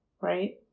right